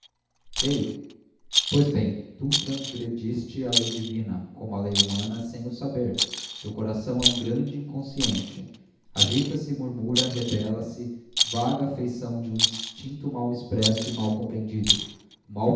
creio pois bem tu transgrediste a lei divina como a lei humana sem o saber teu coração é um grande inconsciente agita-se murmura rebela se vaga à feição de um instinto mal expresso e mal compreendido o mal